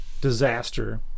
disaster